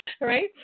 Right